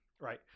Right